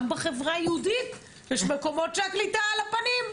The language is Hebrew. גם בחברה היהודית יש מקומות שהקליטה על הפנים.